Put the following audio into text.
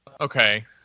Okay